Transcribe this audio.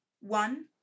One